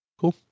Cool